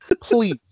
Please